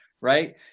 right